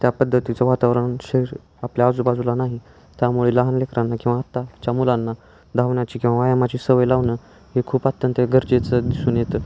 त्या पद्धतीचं वातावरण शरीर आपल्या आजूबाजूला नाही त्यामुळे लहान लेकरांना किंवा आत्ताच्या मुलांना धावण्याची किंवा व्यायामाची सवय लावणं हे खूप अत्यंत गरजेचं दिसून येतं